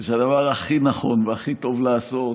ושהדבר הכי נכון והכי טוב לעשות